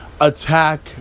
attack